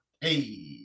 Hey